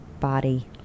body